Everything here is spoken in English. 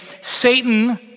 Satan